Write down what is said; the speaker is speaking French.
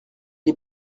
est